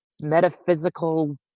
metaphysical